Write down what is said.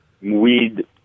weed